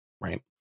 Right